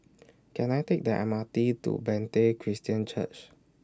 Can I Take The M R T to Bethany Christian Church